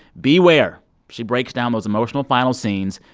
beware she breaks down those emotional final scenes.